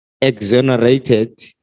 exonerated